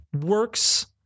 works